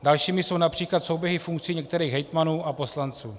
Dalšími jsou například souběhy funkcí některých hejtmanů a poslanců.